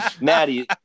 Maddie